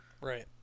Right